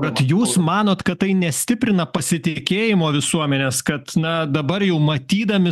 bet jūs manot kad tai nestiprina pasitikėjimo visuomenės kad na dabar jau matydami